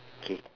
K